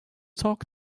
talk